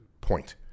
point